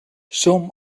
some